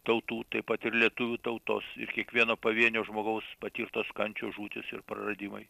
tautų taip pat ir lietuvių tautos ir kiekvieno pavienio žmogaus patirtos kančios žūtys ir praradimai